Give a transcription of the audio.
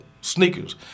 sneakers